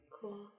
Cool